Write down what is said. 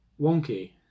wonky